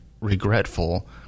regretful